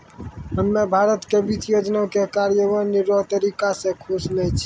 हम्मे भारत के वित्त योजना के क्रियान्वयन रो तरीका से खुश नै छी